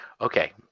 Okay